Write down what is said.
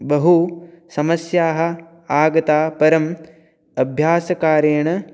बहुसमस्याः आगताः परम् अभ्यासकारेण